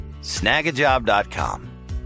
snagajob.com